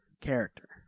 Character